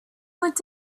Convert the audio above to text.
went